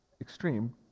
extreme